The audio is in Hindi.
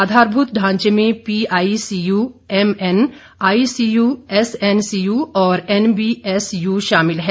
आधारभूत ढांचे में पीआईसीयू एमएन आईसीयू एसएनसीयू और एनबीएसयू शामिल हैं